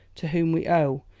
to whom we owe,